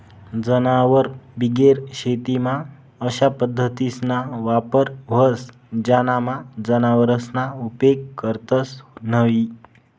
जनावरबिगेर शेतीमा अशा पद्धतीसना वापर व्हस ज्यानामा जनावरसना उपेग करतंस न्हयी